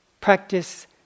Practice